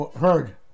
heard